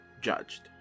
judged